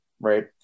Right